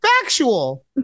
factual